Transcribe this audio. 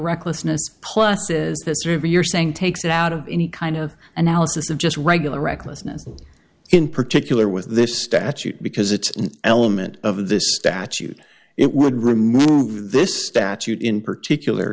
recklessness plus's fiserv you're saying takes it out of any kind of analysis of just regular recklessness in particular with this statute because it's an element of this statute it would remove this statute in particular